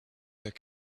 their